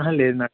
లేదు మ్యాడమ్